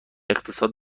اقتصاد